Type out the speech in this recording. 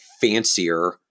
fancier